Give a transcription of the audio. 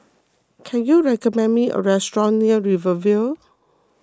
can you recommend me a restaurant near Rivervale